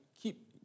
keep